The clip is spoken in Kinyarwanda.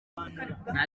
nta